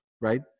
right